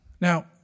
Now